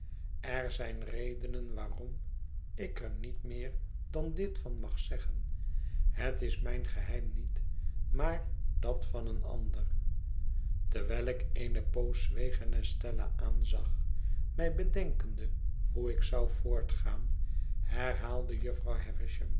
er zijn redenen waarom ik er niet meer dan dit van mag zeggen het is mijn geheim niet maar dat van een ander terwijl ik eene poos zweeg en estella aanzag mij bedenkende hoe ik zou voortgaan herhaalde jufvrouw